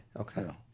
okay